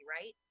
right